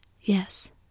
Yes